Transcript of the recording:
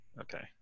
Okay